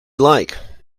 like